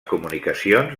comunicacions